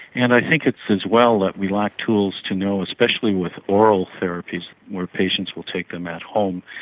and i think it's as well that we lack tools to know, especially with oral therapies where patients will take them at home,